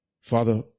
Father